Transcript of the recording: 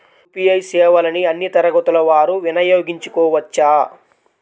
UPI సేవలని అన్నీ తరగతుల వారు వినయోగించుకోవచ్చా?